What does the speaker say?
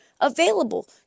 available